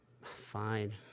fine